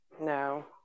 No